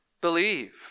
believe